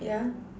yeah